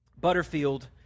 Butterfield